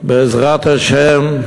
בעזרת השם.